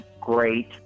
great